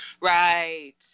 Right